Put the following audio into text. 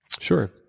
Sure